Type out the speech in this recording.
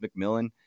McMillan